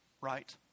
right